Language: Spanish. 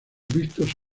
vistos